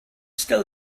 still